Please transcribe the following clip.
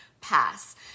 pass